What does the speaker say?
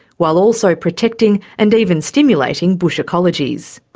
while also protecting and even stimulating bush ecologies.